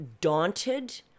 daunted